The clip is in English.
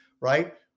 right